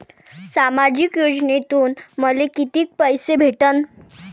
सामाजिक योजनेतून मले कितीक पैसे भेटन?